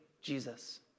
Jesus